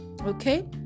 okay